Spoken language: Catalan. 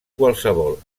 qualsevol